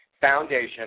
Foundation